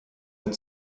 eine